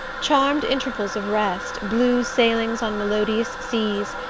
charmed intervals of rest, blue sailings on melodious seas,